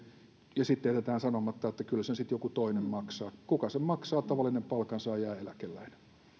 ja sitten jätetään sanomatta että kyllä sen sitten joku toinen maksaa kuka sen maksaa tavallinen palkansaaja ja eläkeläinen